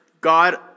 God